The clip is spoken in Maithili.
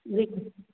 लेकिन